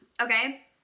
okay